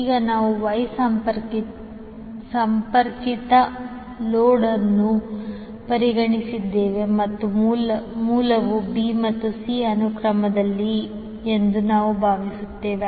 ಈಗ ನಾವು Y ಸಂಪರ್ಕಿತ ಲೋಡ್ ಅನ್ನು ಪರಿಗಣಿಸಿದ್ದೇವೆ ಮತ್ತು ಮೂಲವು b c ಅನುಕ್ರಮದಲ್ಲಿದೆ ಎಂದು ನಾವು ಭಾವಿಸುತ್ತೇವೆ